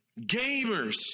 gamers